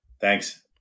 Thanks